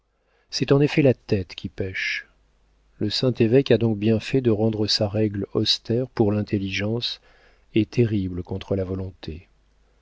c'est en effet la tête qui pèche le saint évêque a donc bien fait de rendre sa règle austère pour l'intelligence et terrible contre la volonté